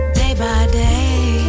day-by-day